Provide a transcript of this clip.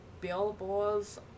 Billboards